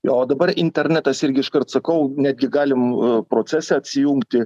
jo o dabar internetas irgi iškart sakau netgi galim procese atsijungti